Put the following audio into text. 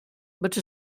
but